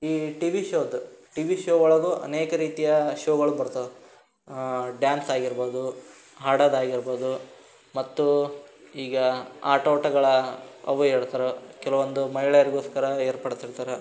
ಈ ಟಿವಿ ಶೋದು TV show ಒಳಗೂ ಅನೇಕ ರೀತಿಯ ಶೋಗಳು ಬರ್ತವೆ ಡ್ಯಾನ್ಸ್ ಆಗಿರ್ಬೋದು ಹಾಡೋದಾಗಿರ್ಬೋದು ಮತ್ತು ಈಗ ಆಟೋಟಗಳ ಅವೇ ಎರೆಡು ಥರ ಕೆಲವೊಂದು ಮಹಿಳೆಯರಿಗೋಸ್ಕರ ಏರ್ಪಡಿಸಿರ್ತಾರೆ